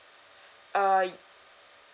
uh